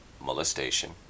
molestation